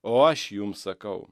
o aš jums sakau